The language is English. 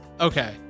okay